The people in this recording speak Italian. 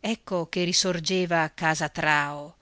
ecco che risorgeva casa trao